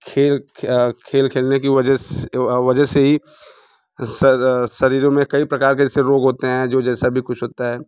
खेल खेल खेलने की वजह वजह से ही सर शरीरों में कई प्रकार के जैसे रोग होते हैं जो जैसा भी कुछ होता है